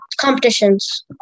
competitions